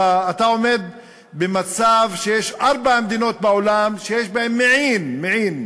אתה עומד במצב שיש ארבע מדינות בעולם שיש בהן מעין,